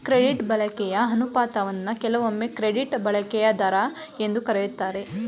credit ಬಳಕೆಯ ಅನುಪಾತವನ್ನ ಕೆಲವೊಮ್ಮೆ ಕ್ರೆಡಿಟ್ ಬಳಕೆಯ ದರ ಎಂದು ಕರೆಯುತ್ತಾರೆ